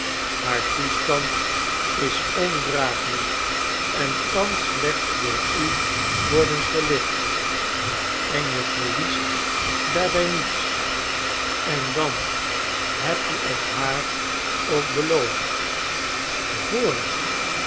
haar toestand is ondragelijk en kan slechts door u worden verlicht en je verliest daarbij niets en dan heb je het haar ook beloofd